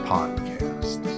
Podcast